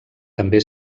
també